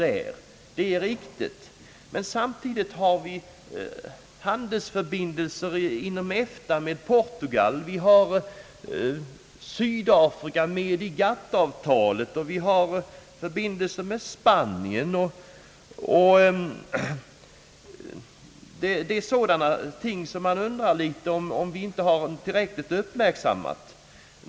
Det är ett riktigt handlande. Men samtidigt har vi handelsförbindelser inom EFTA med Portugal; Sydafrika är med i GATT avtalet och vi har förbindelse med Spanien. Det är sådana förhållanden som gör att man ställer sig frågande och undrar om de har uppmärksammats tillräckligt.